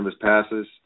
passes